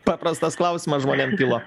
paprastas klausimas žmonėm kilo